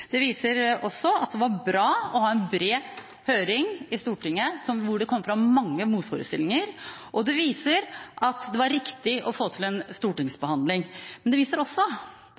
Det viser også at det var bra å ha en bred høring i Stortinget, hvor det kom fram mange motforestillinger. Og det viser at det var riktig å få til en stortingsbehandling. Men det viser også